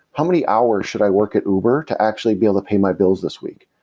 how many hours should i work at uber to actually be able to pay my bills this week?